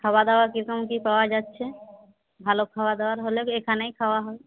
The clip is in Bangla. খাওয়া দাওয়ার কীরকম কী পাওয়া যাচ্ছে ভালো খাবার দাবার হলে এখানেই খাওয়া হবে